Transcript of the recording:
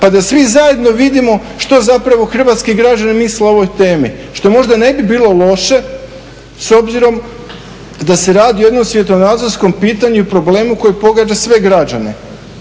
pa da svi zajedno vidimo što zapravo hrvatski građani misle o ovoj temi. Što možda ne bilo loše s obzirom da se radi o jednom svjetonazorskom pitanju i problemu koji pogađa sve građane.